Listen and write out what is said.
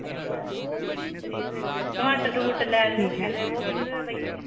अच्छा त्रीऽ रपेऽ किल्लो टमाटर टमूटर लैने होंङन ते ओह् किन्ने रपेऽ पेई आने